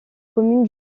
commune